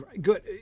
Good